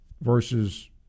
versus